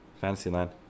Fantasyland